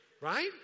right